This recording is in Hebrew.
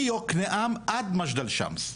מיוקנעם ועד מג'דל שמס.